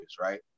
right